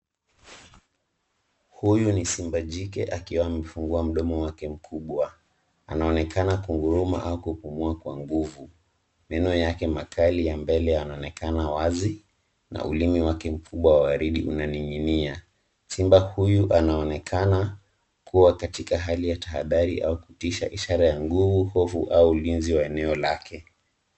Huyu ni simba jike akiwa amefungua mdomo wake mkubwa anaonekana kunguruma au kupumua kwa nguvu. Meno yake makali ya mbele yanaonekana wazi na ulimi wake mkubwa wa waridi una ning'ina. Simba huyu anaonekana kuwa katika hali ya tahadhari au kutisha ishara ya nguvu au ulinzi wa eneo lake.